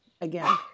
again